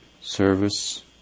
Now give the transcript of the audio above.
service